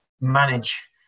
manage